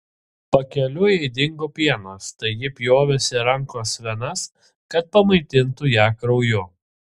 pakeliui jai dingo pienas tai ji pjovėsi rankos venas kad pamaitintų ją krauju